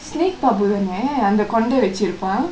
snake babu தான அந்த கொண்ட வச்சிருப்பான்:thaane andtha konda vachiruppaa